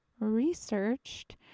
researched